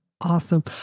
Awesome